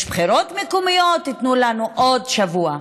יש בחירות מקומיות, תיתנו לנו עוד שבוע,